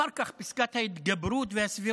אחר כך פסקת ההתגברות והסבירות,